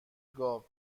گاو